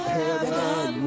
heaven